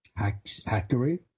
hackery